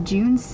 June